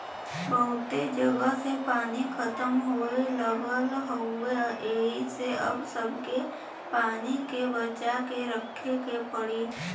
बहुते जगह से पानी खतम होये लगल हउवे एही से अब सबके पानी के बचा के रखे के पड़ी